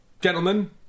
gentlemen